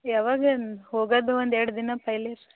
ಯಾವಾಗ ಹೋಗೋದು ಒಂದು ಎರಡು ದಿನ ಪೈಲೆ ಎಷ್ಟು